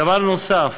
דבר נוסף,